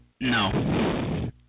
No